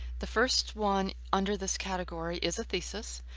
the first one under this category is a thesis.